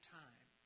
time